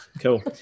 Cool